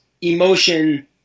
emotion